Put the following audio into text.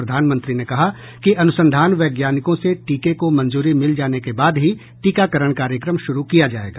प्रधानमंत्री ने कहा कि अनुसंधान वैज्ञानिकों से टीके को मंजूरी मिल जाने के बाद ही टीकाकरण कार्यक्रम श्रू किया जायेगा